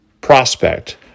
prospect